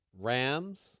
Rams